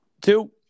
two